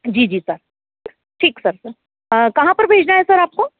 जी जी सर ठीक सर कहाँ पर भेजना है सर आपको